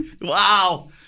Wow